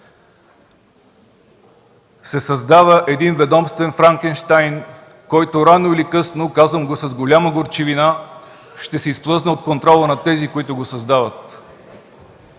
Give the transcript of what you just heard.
се създава един ведомствен Франкенщайн, който рано или късно – казвам го с голяма горчивина – ще се изплъзне от контрола на тези, които го създават.